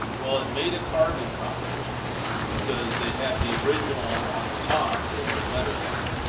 well, it made a carbon copy because they have the original on the top with the letterhead.